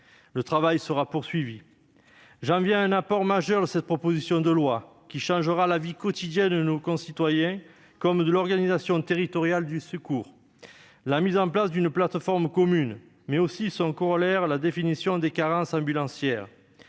Le travail sera poursuivi. J'en viens à un apport majeur de cette proposition de loi, qui changera tant la vie quotidienne de nos concitoyens que l'organisation territoriale du secours : la mise en place d'une plateforme commune, et son corollaire, la définition des carences ambulancières.